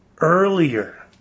earlier